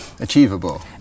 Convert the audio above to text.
Achievable